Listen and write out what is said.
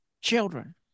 children